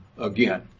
again